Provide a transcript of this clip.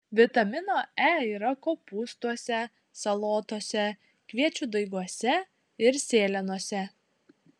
vitamino e yra kopūstuose salotose kviečių daiguose ir sėlenose